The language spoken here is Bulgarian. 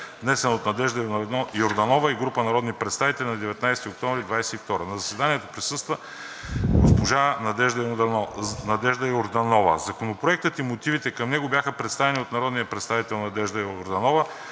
внесен от Надежда Йорданова и група народни представители на 19 октомври 2022 г. На заседанието присъства госпожа Надежда Йорданова. Законопроектът и мотивите към него бяха представени от народния представител Надежда Йорданова.